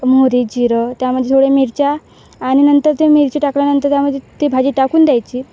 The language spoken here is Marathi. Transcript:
मोहरी जिरं त्यामध्ये थोडे मिरच्या आणि नंतर ते मिरची टाकल्यानंतर त्यामध्ये ती भाजी टाकून द्यायची